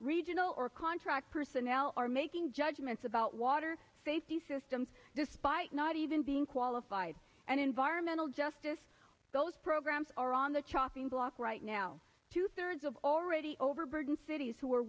regional or contract personnel are making judgments about water safety systems despite not even being qualified and environmental justice those programs are on the chopping block right now two thirds of already overburdened cities who are